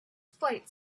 flight